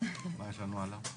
(היו"ר שרן השכל)